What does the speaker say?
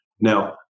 Now